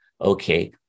okay